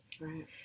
Right